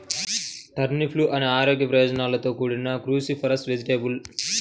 టర్నిప్లు అనేక ఆరోగ్య ప్రయోజనాలతో కూడిన క్రూసిఫరస్ వెజిటేబుల్